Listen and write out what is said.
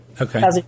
okay